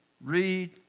Read